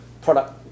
product